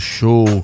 Show